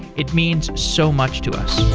it means so much to us